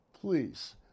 please